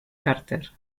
carter